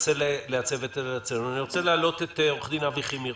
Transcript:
וננסה לייצב את --- אני רוצה להעלות את עורך הדין אבי חימי,